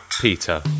Peter